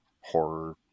horror